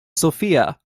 sofia